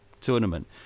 tournament